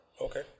Okay